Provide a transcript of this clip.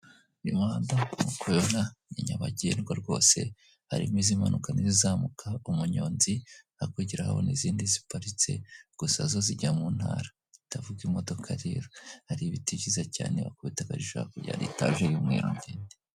Uyu muhanda nkuku ubibona ni nyabagendwa rwose harimo izi mpanuka n'izamuka umunyonzi akurikiraho n'izindi ziparitse gusa zo zijya mu ntara ndavuga imodoka rero. Hari ibiti byiza cyane wakubita akajisho hakurya hari etaje y'umweru.